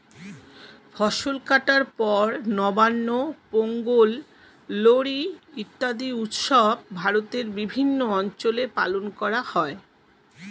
ফসল কাটার পর নবান্ন, পোঙ্গল, লোরী ইত্যাদি উৎসব ভারতের বিভিন্ন অঞ্চলে পালন করা হয়